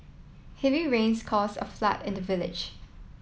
heavy rains cause a flood in the village